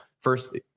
First